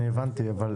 שאלתי על